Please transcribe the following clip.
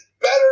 better